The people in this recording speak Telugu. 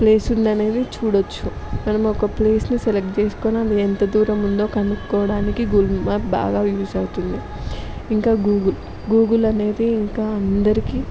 ప్లేస్ ఉందనేది చూడొచ్చు మనం ఒక ప్లేస్ని సెలెక్ట్ చేసుకుని అది ఎంత దూరంలో ఉందో కనుక్కోవడానికి గూగుల్ మ్యాప్ బాగా యూస్ అవుతుంది ఇంకా గూగుల్ గూగుల్ అనేది ఇంకా అందరికీ